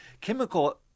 chemical